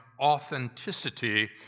authenticity